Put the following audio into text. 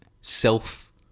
self